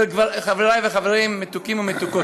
חבריי וחברותיי המתוקים והמתוקות.